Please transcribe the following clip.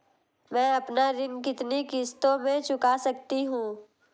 मैं अपना ऋण कितनी किश्तों में चुका सकती हूँ?